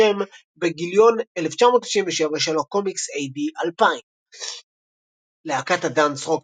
בשם בגיליון 1997 של הקומיקס "2000 AD". להקת הדאנס/רוק